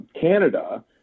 Canada